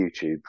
YouTube